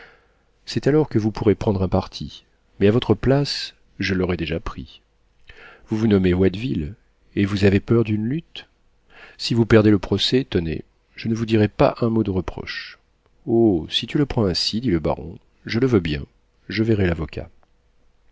c'est alors que vous pourrez prendre un parti mais à votre place je l'aurais déjà pris vous vous nommez watteville et vous avez peur d'une lutte si vous perdez le procès tenez je ne vous dirai pas un mot de reproche oh si tu le prends ainsi dit le baron je le veux bien je verrai l'avocat